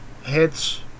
hits